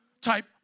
type